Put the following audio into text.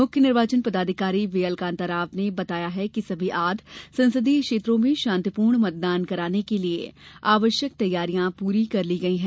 मुख्य निर्वाचन पदाधिकारी व्हीएलकांताराव ने बताया कि सभी आठ संसदीय क्षेत्रों में शांतिपूर्ण मतदान कराने के लिये आवश्यक तैयारियां पूरी कर ली गयी है